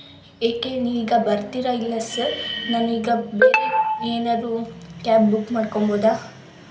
ಏಕೆ ನೀವು ಈಗ ಬರ್ತೀರಾ ಇಲ್ಲ ಸರ್ ನಾನೀಗ ಬೇರೆ ಏನಾರು ಕ್ಯಾಬ್ ಬುಕ್ ಮಾಡ್ಕೋಬೌದಾ